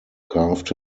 carved